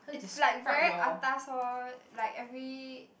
it's like very atas lor like every